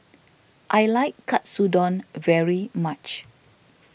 I like Katsudon very much